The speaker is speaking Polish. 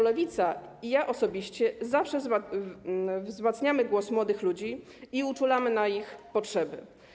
Lewica i ja osobiście zawsze wzmacniamy głos młodych ludzi i uczulamy na ich potrzeby.